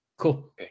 Cool